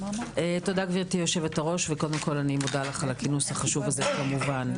תודה גבירתי היו"ר וקודם כל אני מודה לך על הכינוס החשוב הזה כמובן.